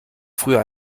früher